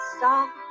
soft